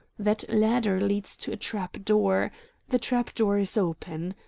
that ladder leads to a trap-door. the trap-door is open.